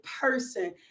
person